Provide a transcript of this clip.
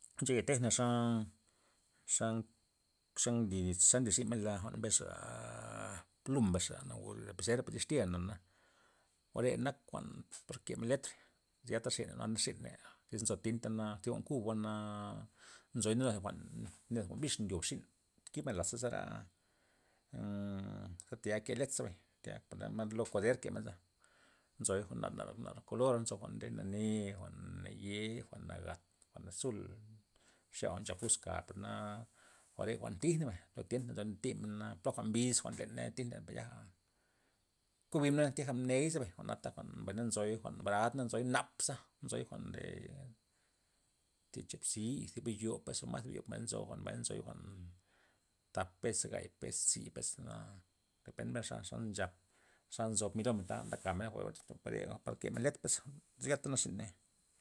Ncheya tejna xa'xa- xa nly za nlirzinmen la jwa'n mbesxa plum mbesxa o lapicera per distil jwa'na, jwa'rea nak jwa'n par kemen letr jwa'na nlirzyn mey iz nzo tinta na thi jwa'n kuba'na nzoy ndenu jwa'n thi jwa'n bix ndyob xin kibmen lazasa zera tayal nke letr zebay, tayal thioba lo kuader kemenza, nzoy jwa'n nar- nar kolor gabmenza nzo jwa'n nane', jwa'n naye' jwa'n nagat jwa'n azul xe nya jwa'n nchap gus ka' perna jwa're jwa'n thij nabay per len tient naza timena' na poga mbiz jwa'n leney tint per yaja kubimena thiaja mney zebay jwa'nta jwa'n mbay na nzoy jwa'n barand na nzoy jwa'n napza' nzoy jwa'n nde thi chop tzii zi biyo pesa mas thi biyo mbay na nzo jwa'n thap pes, gay pes, tzi pes na depen xaxa nchal xa nzo mi' lomen ta ndekamena jwa're par kemen letret ps zyn yata nlirziney.